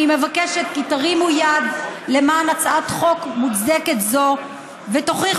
אני מבקשת כי תרימו יד למען הצעת חוק מוצדקת זו ותוכיחו